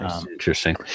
Interesting